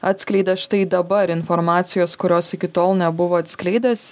atskleidė štai dabar informacijos kurios iki tol nebuvo atskleidęs